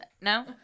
No